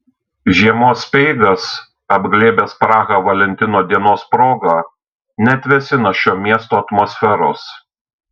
žiemos speigas apglėbęs prahą valentino dienos proga neatvėsina šio miesto atmosferos